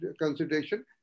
consideration